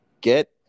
Get